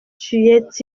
tuait